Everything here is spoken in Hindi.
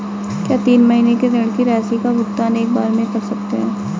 क्या तीन महीने के ऋण की राशि का भुगतान एक बार में कर सकते हैं?